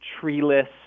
treeless